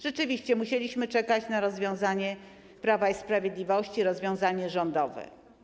Rzeczywiście musieliśmy czekać na rozwiązanie Prawa i Sprawiedliwości, rozwiązanie rządowe.